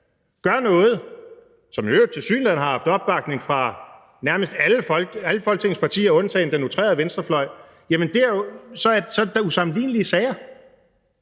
gør noget, som i øvrigt tilsyneladende har haft opbakning fra nærmest alle Folketingets partier, undtagen den outrerede venstrefløj, så er det da usammenlignelige sager.